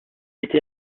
été